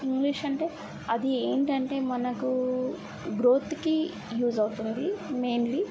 English అంటే అది ఏంటంటే మనకు గ్రోత్కి యుస్ అవుతుంది మెయిన్లీ